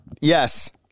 Yes